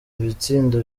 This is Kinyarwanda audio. ibitsindo